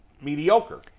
mediocre